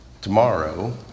tomorrow